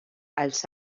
als